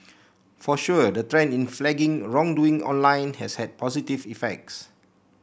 for sure the trend in flagging wrongdoing online has had positive effects